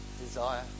desire